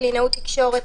קלינאות תקשורת,